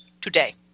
today